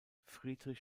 friedrich